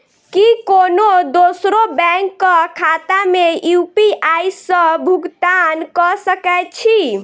की कोनो दोसरो बैंक कऽ खाता मे यु.पी.आई सऽ भुगतान कऽ सकय छी?